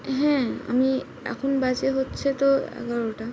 হ্যাঁ আমি এখন বাজে হচ্ছে তো এগারোটা